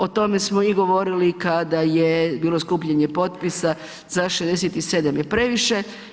O tome smo i govorili kada je bilo skupljanje potpisa za 67 je previše.